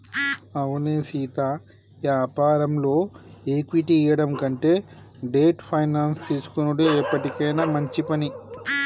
అవునే సీతా యాపారంలో ఈక్విటీ ఇయ్యడం కంటే డెట్ ఫైనాన్స్ తీసుకొనుడే ఎప్పటికైనా మంచి పని